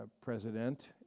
president